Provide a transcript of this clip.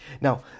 Now